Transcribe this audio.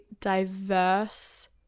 diverse